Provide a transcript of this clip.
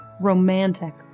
romantic